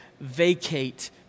vacate